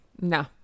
No